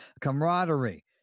camaraderie